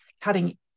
cutting